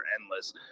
endless